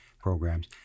programs